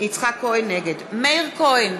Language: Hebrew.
מאיר כהן,